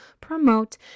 promote